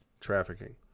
trafficking